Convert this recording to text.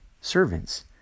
servants